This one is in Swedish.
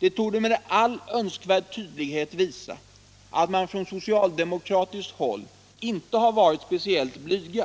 Detta torde med all önskvärd tydlighet visa att man från socialdemokratiskt håll inte har varit speciellt blyg